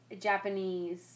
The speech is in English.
Japanese